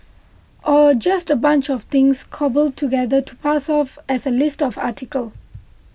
or just a bunch of things cobbled together to pass off as a list of article